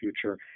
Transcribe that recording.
future